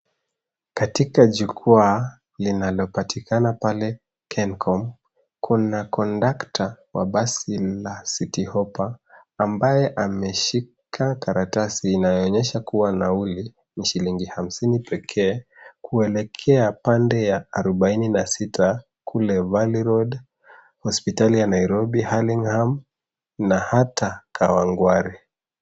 Katika jukwaa linalopatikana pale Kencom, kuna kondakta wa basi la Citi Hoppa ambaye ameshika karatasi inayoonyesha kuwa nauli ni shilingi hamsini pekee kuelekea pande ya 46 kule Valley Road hospitali ya nairobi, Hullingham na hata Kawangware.